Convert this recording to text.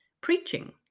preaching